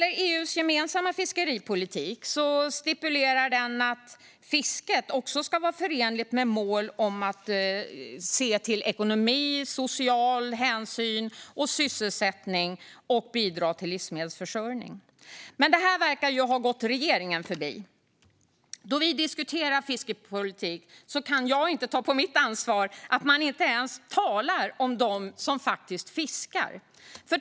EU:s gemensamma fiskeripolitik stipulerar att fisket också ska vara förenligt med mål gällande ekonomi, social hänsyn, sysselsättning och bidrag till livsmedelsförsörjningen. Men det här verkar ha gått regeringen förbi. Då vi diskuterar fiskepolitik kan jag inte ta på mitt ansvar att man inte ens talar om dem som fiskar.